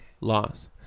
Loss